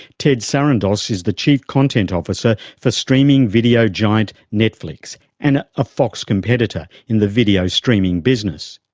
ted sarandos is the chief content officer for streaming video giant netflix and a fox competitor in the video streaming business.